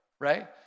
Right